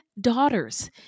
daughters